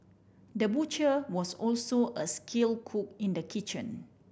the butcher was also a skill cook in the kitchen